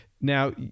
Now